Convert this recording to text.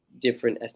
different